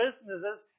businesses